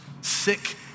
sick